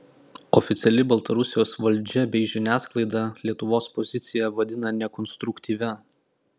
oficiali baltarusijos valdžia bei žiniasklaida lietuvos poziciją vadina nekonstruktyvia